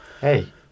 Hey